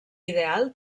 ideal